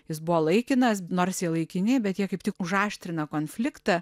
jis buvo laikinas nors jie laikini bet jie kaip tik užaštrina konfliktą